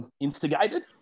instigated